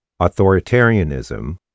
authoritarianism